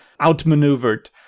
outmaneuvered